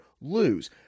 lose